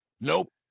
Nope